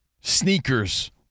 sneakers